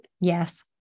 Yes